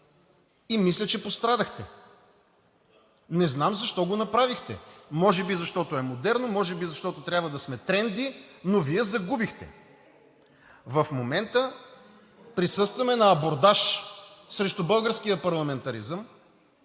и мисля, че пострадахте. Не знам защо го направихте. Може би, защото е модерно, може би, защото трябва да сме тренди, но Вие загубихте! В момента присъстваме на абордаж срещу българския парламентаризъм